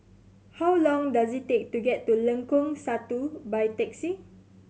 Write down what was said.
how long does it take to get to Lengkong Satu by taxi